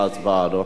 בבקשה, אדוני.